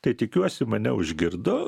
tai tikiuosi mane užgirdo